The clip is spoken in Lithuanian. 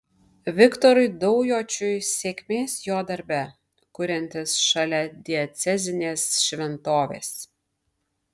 viktorui daujočiui sėkmės jo darbe kuriantis šalia diecezinės šventovės